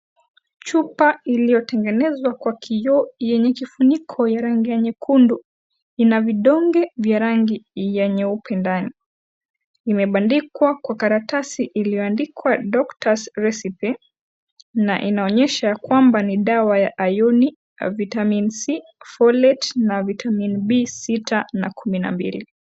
Chupa iliyotengezwa kwa kioo yenye kifuniko ya rangi ya nyekundu ina vidonge vya rangi ya nyeupe ndani. Imebandikwa kwa karatasi iliyoandikwa [cs doctors recipe , na inaonyesha kwamba ni dawa ya Ion, Vitamin c, folate na vitamin sita na kumi na mbili.